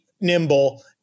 nimble